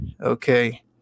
Okay